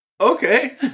Okay